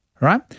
right